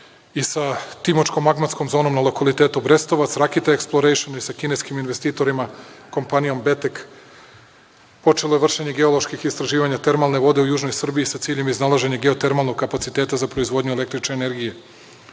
i sa timočkom magmatskom zonom na lokalitetu Brestovac, „Raketa Eksplorejšn“ i sa kineskim investitorima, kompanijom „Betek“ počelo je vršenje geoloških istraživanja termalne vode u južnoj Srbiji sa ciljem iznalaženja geotermalnog kapaciteta za proizvodnju električne